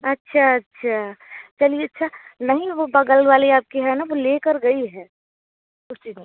अच्छा अच्छा चलिए अच्छा नहीं वो बगल वाली आपकी है ना वो लेकर गई हैं उसी में